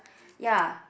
ya